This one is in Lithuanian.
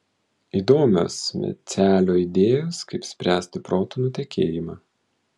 įdomios mecelio idėjos kaip spręsti protų nutekėjimą